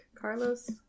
Carlos